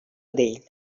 değil